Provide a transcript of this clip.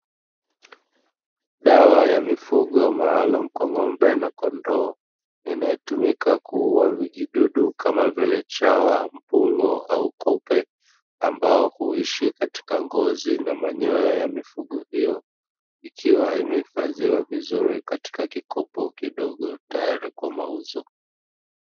Dawa ya mifugo maalumu kwa ng'ombe na kondoo, inayotumika kuuwa vijidudu kama vile chawa, mbung'o au kupe ambao huishi katika ngozi na manyoa ya mifugo hiyo, ikiwa imehifadhiwa kwenye kikopo kidogo tayari kwa mauzo.